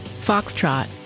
Foxtrot